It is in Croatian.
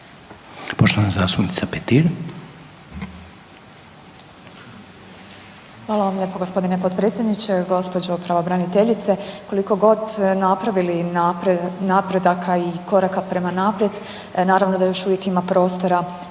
Poštovana zastupnica Petir.